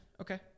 okay